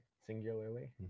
Singularly